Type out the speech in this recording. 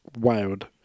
wild